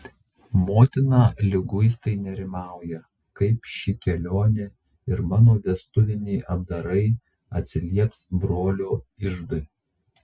motina liguistai nerimauja kaip ši kelionė ir mano vestuviniai apdarai atsilieps brolio iždui